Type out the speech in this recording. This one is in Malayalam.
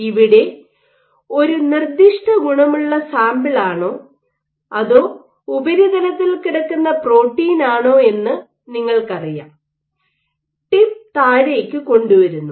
ഇവിടെ ഒരു നിർദ്ദിഷ്ട ഗുണമുള്ള സാമ്പിളാണോ അതോ ഉപരിതലത്തിൽ കിടക്കുന്ന പ്രോട്ടീൻ ആണോ എന്ന് നിങ്ങൾക്കറിയാം ടിപ്പ് താഴേയ്ക്കു കൊണ്ടു വരുന്നു